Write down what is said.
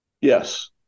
Yes